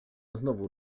znowu